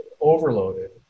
overloaded